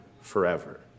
forever